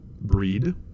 Breed